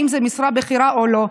אם זו משרה בכירה או לא.